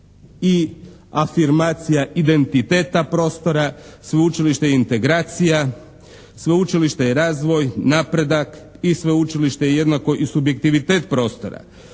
i afirmacija identiteta prostora, sveučilište je integracija, sveučilište je razvoj, napredak i sveučilište je jednako i subjektivitet prostora.